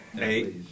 Eight